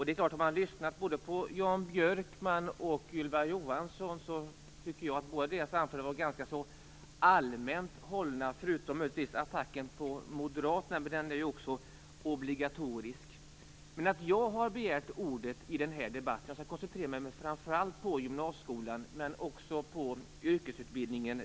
Det är klart: Både Jan Björkmans och Ylva Johanssons anföranden tycker jag var ganska allmänt hållna, förutom möjligtvis attacken på Moderaterna, men den är ju också obligatorisk. Jag skall koncentrera mig framför allt på gymnasieskolan men också på den eftergymnasiala yrkesutbildningen.